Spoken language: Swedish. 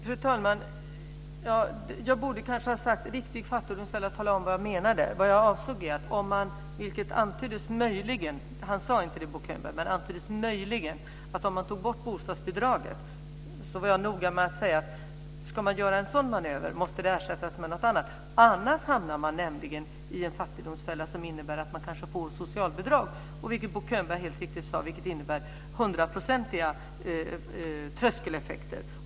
Fru talman! Jag borde kanske ha talat om vad jag menade med riktig fattigdomsfälla. Bo Könberg antydde, han sade det inte, men han antydde möjligheten att ta bort bostadsbidraget. Då var jag noga med att säga att ska man göra en sådan manöver måste det ersättas med något annat, annars hamnar man nämligen i en fattigdomsfälla som innebär att man kanske får socialbidrag, vilket Bo Könberg helt riktigt sade innebär hundraprocentiga tröskeleffekter.